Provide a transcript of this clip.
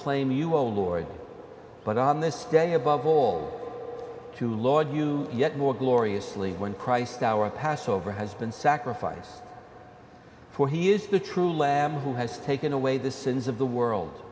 claim you will ward but on this day above all to lord you yet more gloriously when christ our passover has been sacrificed for he is the true lamb who has taken away the sins of the world